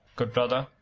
good brother.